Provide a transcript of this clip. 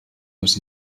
muss